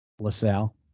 LaSalle